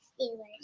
Steelers